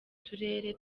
turere